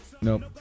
Nope